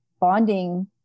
bonding